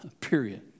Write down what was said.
Period